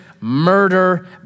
murder